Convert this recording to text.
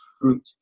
fruit